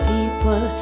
People